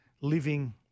living